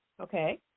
Okay